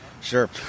Sure